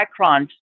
microns